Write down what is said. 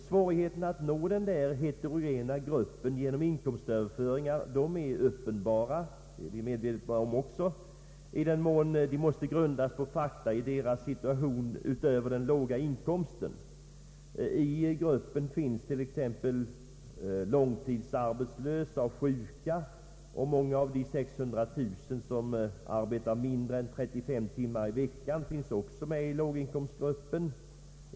Svårigheten att nå dessa heterogena grupper genom inkomstöverföringar är uppenbar — det är vi också medvetna om — i den mån de måste grundas på fakta i deras situation utöver den låga inkomsten. I gruppen finns t.ex. långtidsarbetslösa och sjuka. Många av de 600 000 människor som arbetar mindre än 35 timmar per vecka är också låginkomsttagare.